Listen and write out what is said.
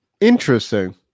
Interesting